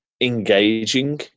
engaging